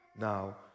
now